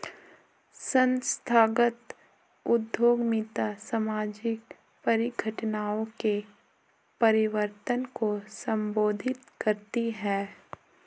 संस्थागत उद्यमिता सामाजिक परिघटनाओं के परिवर्तन को संबोधित करती है